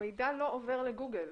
המידע לא עובר לגוגל.